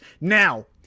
now